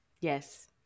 Yes